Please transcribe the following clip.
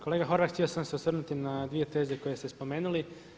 Kolega Horvat htio sam se osvrnuti na dvije teze koje ste spomenuli.